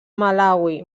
malawi